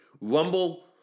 Rumble